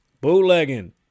Bootlegging